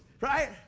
Right